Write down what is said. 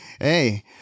hey